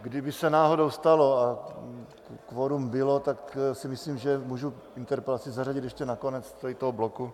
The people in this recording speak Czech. Kdyby se náhodou stalo a kvorum bylo, tak si myslím, že můžu interpelaci zařadit ještě na konec tady toho bloku.